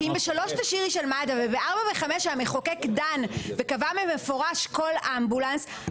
כי אם ב-3 תשאירי של מד"א וב-4 ו-5 שהמחוקק דן וקבע במפורש כל אמבולנס,